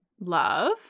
Love